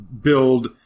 build